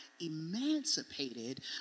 emancipated